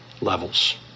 levels